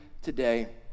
today